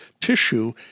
tissue